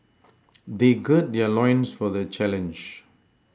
they gird their loins for the challenge